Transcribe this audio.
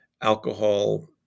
alcohol